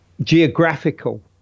geographical